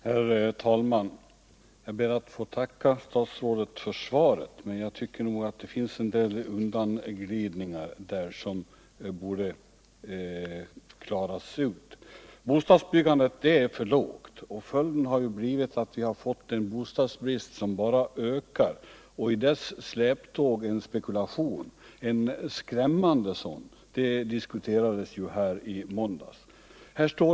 Herr talman! Jag ber att få tacka statsrådet för svaret, men jag tycker att det finns en del undanglidningar där som borde klaras ut. Bostadsbyggandet är för lågt, och en följd av det har blivit att vi fått en bostadsbrist som bara ökar och i dess släptåg en skrämmande spekulation. Detta diskuterades här i måndags.